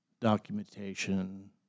documentation